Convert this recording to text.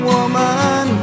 Woman